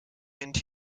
into